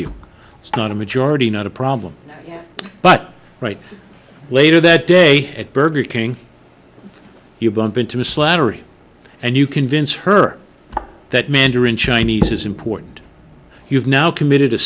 a majority not a problem but right later that day at burger king you bump into a slattery and you convince her that mandarin chinese is important you've now committed a